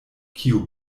kiu